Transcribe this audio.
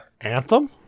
Anthem